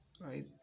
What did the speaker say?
right